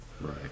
Right